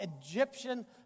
Egyptian